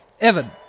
Evan